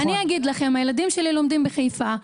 הילדים שלי לומדים בחיפה,